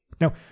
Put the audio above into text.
Now